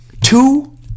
Two